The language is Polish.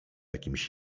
jakimś